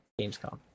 Gamescom